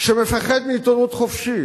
שפוחד מעיתונות חופשית,